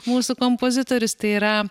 mūsų kompozitorius tai yra